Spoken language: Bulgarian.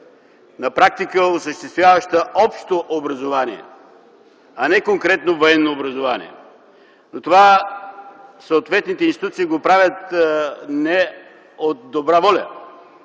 на практика осъществяваща общо образование, а не конкретно военно образование. Но това съответните институции го правят не от добра воля.